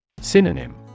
Synonym